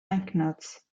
banknotes